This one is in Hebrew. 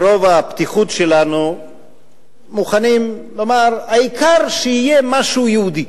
מרוב הפתיחות שלנו אנחנו מוכנים לומר: העיקר שיהיה משהו יהודי.